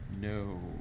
no